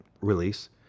release